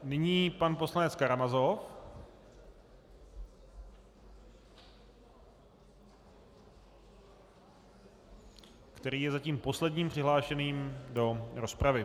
Nyní pan poslanec Karamazov, který je zatím posledním přihlášeným do rozpravy.